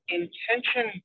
intention